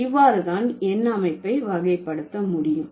இவ்வாறு தான் எண் அமைப்பை வகைப்படுத்த முடியும்